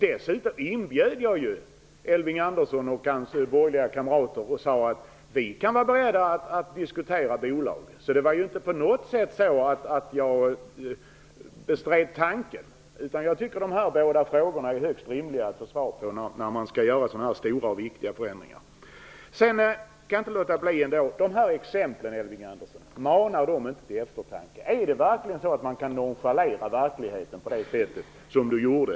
Dessutom gjorde jag en inbjudan till Elving Andersson och hans borgerliga kamrater, när jag sade att vi var beredda att diskutera bolagisering. Jag bestred inte på något sätt denna tanke, utan jag tycker att det är rimligt att få svar på de båda frågorna inför genomförandet av så stora och viktiga förändringar. Manar inte exemplen till eftertanke, Elving Andersson? Kan man verkligen nonchalera verkligheten på det sätt som Elving Andersson gjorde?